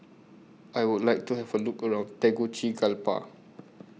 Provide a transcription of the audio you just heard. I Would like to Have A Look around Tegucigalpa